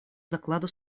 докладу